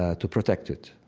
ah to protect it,